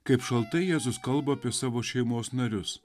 kaip šaltai jėzus kalba apie savo šeimos narius